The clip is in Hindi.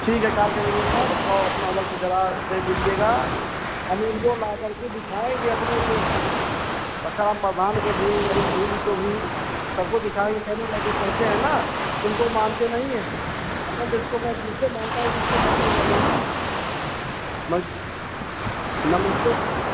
ठीक है कॉल करेंगे सर और अपना वक़्त जरा दे दीजिएगा हम उनको ला करके दिखाएंगे अपने दोस्तों को तथा हम प्रधान को भी रमेश गुरु जी को भी सबको दिखाएँ कहने लगे कहते हैं ना तुमको मानते नहीं हैं हम कहें जिसको मैं दिल से मानता हूँ वो मानेगा नहीं बस नमस्ते सर